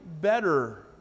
better